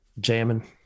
jamming